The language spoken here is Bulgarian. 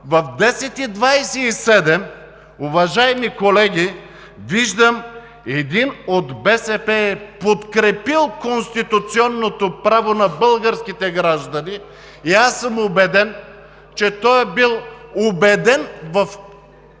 в 10,27 ч., уважаеми колеги, виждам един от БСП, подкрепил конституционното право на българските граждани. И аз съм убеден, че той е бил убеден в своето